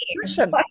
person